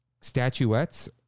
statuettes